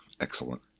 Excellent